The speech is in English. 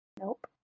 Nope